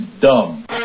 dumb